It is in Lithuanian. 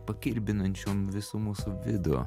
pakirbinančiom visų mūsų vidų